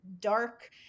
dark